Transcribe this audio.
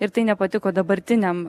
ir tai nepatiko dabartiniam